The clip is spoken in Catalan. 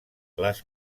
les